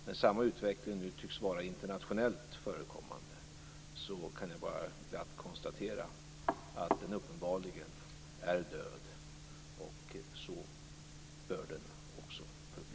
När samma utveckling nu tycks vara internationellt förekommande kan jag bara glatt konstatera att kommunismen uppenbarligen är död, och så bör den också förbli.